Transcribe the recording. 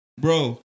bro